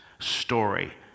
story